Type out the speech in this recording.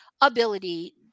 ability